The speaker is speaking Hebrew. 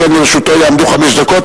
לכן יעמדו לרשותו חמש דקות,